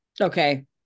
Okay